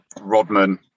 Rodman